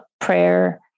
prayer